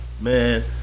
Man